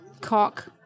cock